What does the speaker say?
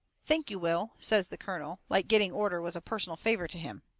thank you, will, says the colonel, like getting order was a personal favour to him.